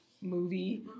movie